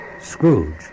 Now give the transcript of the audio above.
Scrooge